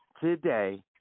today